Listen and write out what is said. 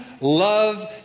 love